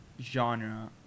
genre